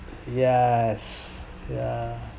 yes yeah